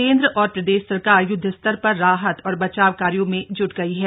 केंद्र और प्रदेश सरकार युद्ध स्तर पर राहत व बचाव कार्यो में जुट गई है